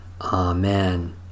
Amen